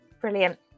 Brilliant